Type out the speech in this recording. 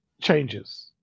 changes